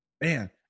Man